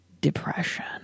depression